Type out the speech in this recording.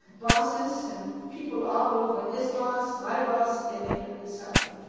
bosses and people all over his boss, my boss, they made this happen.